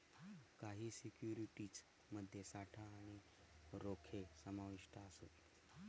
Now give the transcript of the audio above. काही सिक्युरिटीज मध्ये साठा आणि रोखे समाविष्ट असत